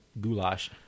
goulash